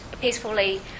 peacefully